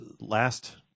last